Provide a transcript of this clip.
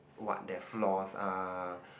what their flaws are